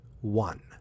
one